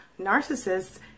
narcissists